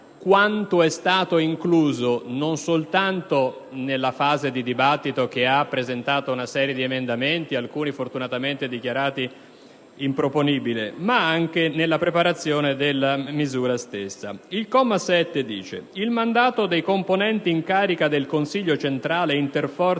quanto è stato incluso non soltanto nella fase di dibattito che ha visto la presentazione di una serie di emendamenti, alcuni fortunatamente dichiarati improponibili, ma anche nella preparazione della misura stessa. Il comma 7 recita: «Il mandato dei componenti in carica del Consiglio centrale interforze